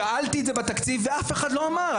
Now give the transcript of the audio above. שאלתי את זה בתקציב ואף אחד לא אמר.